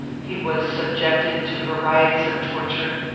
he was subjected to varieties of torture,